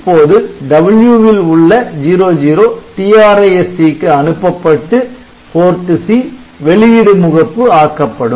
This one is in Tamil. இப்போது W வில் உள்ள '00' TRISC க்கு அனுப்பப்பட்டு PORT C 'வெளியிடு முகப்பு' ஆக்கப்படும்